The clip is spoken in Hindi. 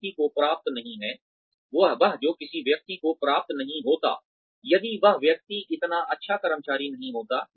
वह जो किसी व्यक्ति को प्राप्त नहीं होता यदि वह व्यक्ति इतना अच्छा कर्मचारी नहीं होता